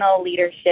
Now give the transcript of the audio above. leadership